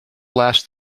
last